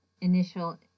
initial